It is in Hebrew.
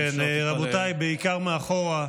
כן, רבותיי, בעיקר מאחור.